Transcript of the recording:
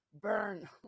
burn